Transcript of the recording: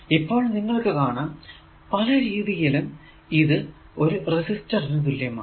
ഇപ്പോൾ നിങ്ങൾക്കു കാണാം പലരീതിയിലും ഇത് ഒരു റെസിസ്റ്റർ നു തുല്യമാണ്